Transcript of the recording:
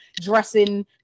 dressing